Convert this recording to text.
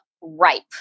ripe